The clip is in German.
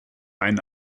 einen